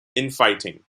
infighting